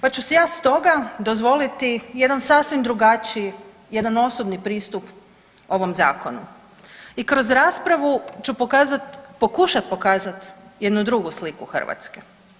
Pa ću si ja stoga dozvoliti jedan sasvim drugačiji, jedan osobni pristup ovom zakonu i kroz raspravu ću pokazat, pokušat pokazat jednu drugu sliku Hrvatske.